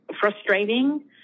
frustrating